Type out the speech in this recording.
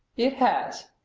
it has,